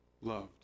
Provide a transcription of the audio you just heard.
loved